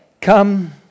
Come